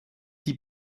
die